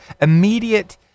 immediate